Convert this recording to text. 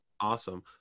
Awesome